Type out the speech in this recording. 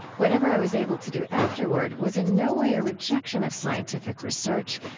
whatever i was able to do afterward was in no way a rejection of scientific research,